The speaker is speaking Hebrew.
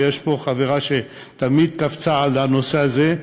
ויש פה חברה שתמיד קפצה על הנושא הזה,